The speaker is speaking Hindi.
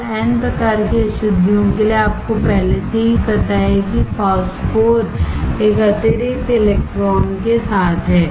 तो एन प्रकार की अशुद्धियों के लिए आपको पहले से ही पता है कि फॉस्फोर एक अतिरिक्त इलेक्ट्रॉन के साथ है